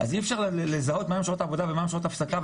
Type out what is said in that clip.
אז אי אפשר לזהות מהן שעות העבודה ומהן שעות ההפסקה,